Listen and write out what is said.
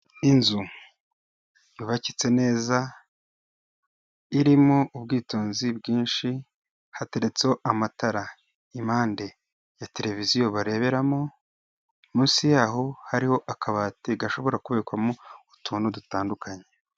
Inzu yubakitse neza irimo ubwitonzi bwinshi hateretseho amatara impande ya televiziyo, bareberamo munsi yaho hariho akabati gashobora kubikwamo utuntu dutandukanye.